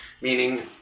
meaning